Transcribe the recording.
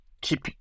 keep